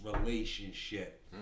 relationship